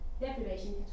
deprivation